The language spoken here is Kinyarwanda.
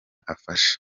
afasha